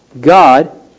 God